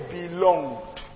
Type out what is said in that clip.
belonged